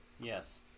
Yes